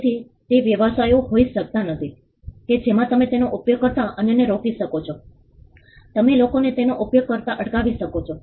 તેથી તે વ્યવસાયો હોઈ શકતા નથી કે જેમાં તમે તેનો ઉપયોગ કરતા અન્યને રોકી શકો છો તમે લોકોને તેનો ઉપયોગ કરતા અટકાવી શકો છો